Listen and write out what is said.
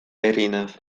erinev